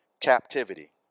captivity